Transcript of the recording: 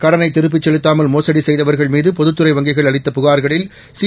கடனைதிருப்பிச்செலுத்தாமல்மோசடிசெய்தவர்கள்மீது பொதுத்துறைவங்கிகள்அளித்தபுகார்களில் சி